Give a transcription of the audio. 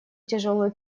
тяжелую